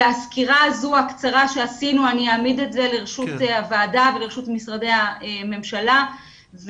ואני אעמיד את הסקירה הזאת שעשינו לרשות הוועדה ומשרדי הממשלה.